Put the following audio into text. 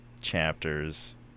chapters